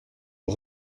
aux